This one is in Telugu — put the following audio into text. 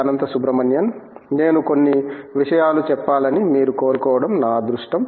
అనంత సుబ్రమణియన్ నేను కొన్ని విషయాలు చెప్పాలని మీరు కోరుకోవడం నా అదృష్టం